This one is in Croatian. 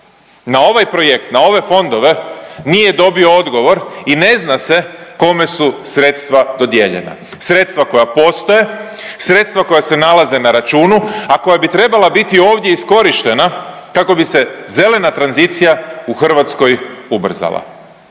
na ovaj projekt, na ove fondove nije dobio odgovor i ne zna se kome su sredstva dodijeljena. Sredstva koja postoje, sredstva koja se nalaze na računu, a koja bi trebala biti ovdje iskorištena kako bi se zelena tranzicija u Hrvatskoj ubrzala.